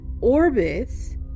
orbits